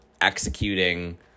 executing